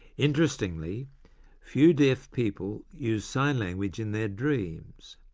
interestingly few deaf people use sign language in their dreams.